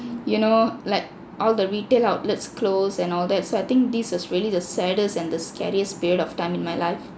you know like all the retail outlets closed and all that so I think this was really the saddest and the scariest period of time in my life